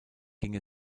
ging